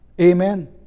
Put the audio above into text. amen